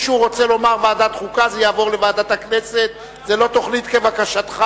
לוועדת החוקה, חוק ומשפט?